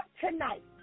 tonight